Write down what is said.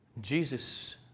Jesus